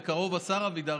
בקרוב השר אבידר,